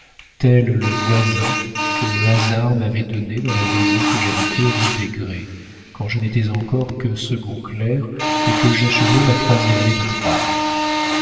tel est le voisin que le hasard m'avait donné dans la maison que j'habitais rue des grès quand je n'étais encore que second clerc et que j'achevais ma troisième année de droit